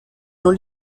non